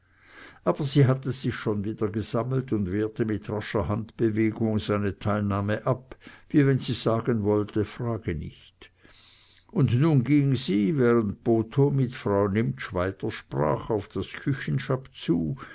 aber sie hatte sich schon wieder gesammelt und wehrte mit rascher handbewegung seine teilnahme ab wie wenn sie sagen wollte frage nicht und nun ging sie während botho mit frau nimptsch weitersprach auf das küchenschapp zu